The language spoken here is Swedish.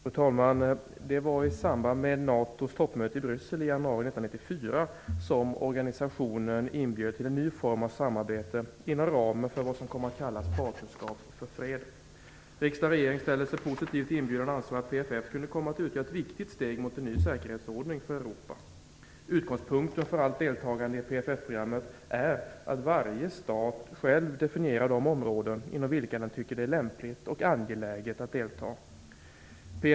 Fru talman! Det var i samband med NATO:s toppmöte i Bryssel i januari 1994 som organisationen inbjöd till en ny form av samarbete inom ramen för vad som kom att kallas Partnerskap för fred. Riksdag och regering ställde sig positiva till inbjudan och ansåg att PFF kunde komma att utgöra ett viktigt steg mot en ny säkerhetsordning för Europa. Utgångspunkten för allt deltagande i PFF programmet är att varje stat själv definierar de områden inom vilka den tycker att det är lämpligt och angeläget att delta.